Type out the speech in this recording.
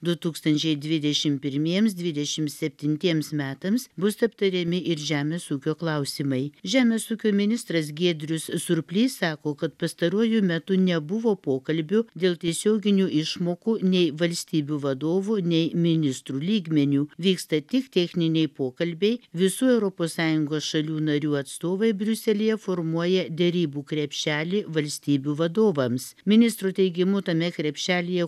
du tūkstančiai dvidešimt pirmiems dvidešimt septintiems metams bus aptariami ir žemės ūkio klausimai žemės ūkio ministras giedrius surplys sako kad pastaruoju metu nebuvo pokalbių dėl tiesioginių išmokų nei valstybių vadovų nei ministrų lygmeniu vyksta tik techniniai pokalbiai visų europos sąjungos šalių narių atstovai briuselyje formuoja derybų krepšelį valstybių vadovams ministro teigimu tame krepšelyje